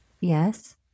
Yes